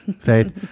Faith